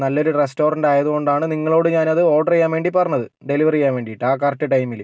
നല്ലൊരു റസ്റ്റോറൻറ് ആയത് കൊണ്ടാണ് നിങ്ങളോട് ഞാനത് ഓർഡർ ചെയ്യാൻ വേണ്ടി പറഞ്ഞത് ഡെലിവറി ചെയ്യാൻ വേണ്ടിയിട്ട് ആ കറക്ട് ടൈമില്